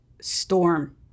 storm